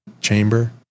chamber